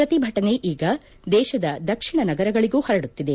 ಪ್ರತಿಭಟನೆ ಈಗ ದೇಶದ ದಕ್ಷಿಣ ನಗರಗಳಿಗೂ ಪರಡುತ್ತಿದೆ